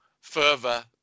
further